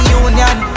union